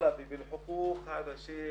היום אני מנהל מחלקת הרווחה בכסייפה,